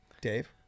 Dave